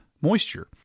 moisture